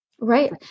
Right